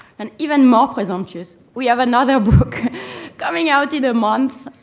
and even more presumptuous, we have another book coming out in a month,